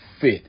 fit